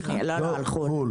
לא, על חו"ל.